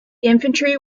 infantry